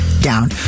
down